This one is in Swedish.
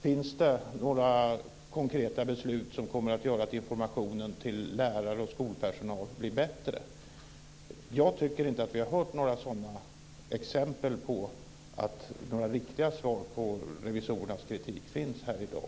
Finns det några konkreta beslut som kommer att göra att informationen till lärare och skolpersonal blir bättre? Jag tycker inte att vi har hört några sådana exempel på att något riktigt svar på revisorernas kritik finns här i dag.